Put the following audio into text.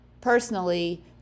personally